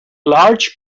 large